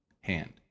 hand